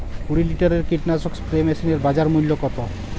কুরি লিটারের কীটনাশক স্প্রে মেশিনের বাজার মূল্য কতো?